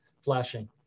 flashing